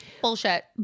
bullshit